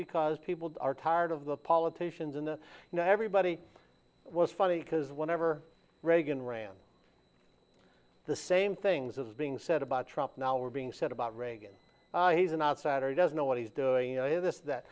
because people are tired of the politicians and now everybody was funny because whenever reagan ran the same things is being said about trump now we're being said about reagan he's an outsider he doesn't know what he's doing you know this that